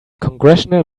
congressional